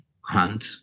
hunt